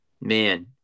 Man